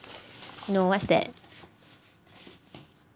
no what's that